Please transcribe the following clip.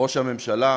ראש הממשלה.